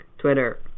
Twitter